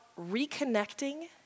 reconnecting